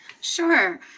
Sure